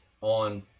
on